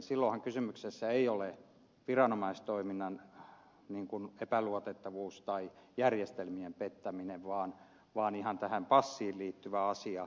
silloinhan kysymyksessä ei ole viranomaistoiminnan epäluotettavuus tai järjestelmien pettäminen vaan ihan tähän passiin liittyvä asia